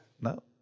No